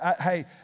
hey